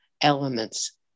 elements